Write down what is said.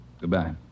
goodbye